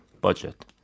budget